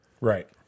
Right